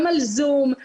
גם על זום,